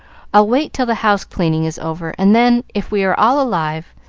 i'll wait till the house-cleaning is over, and then, if we are all alive,